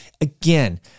again